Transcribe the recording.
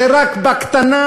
זה רק בקטנה,